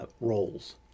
roles